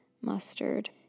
mustard